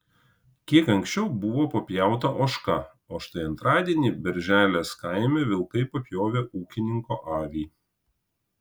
kiek anksčiau buvo papjauta ožka o štai antradienį berželės kaime vilkai papjovė ūkininko avį